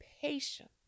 patience